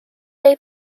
day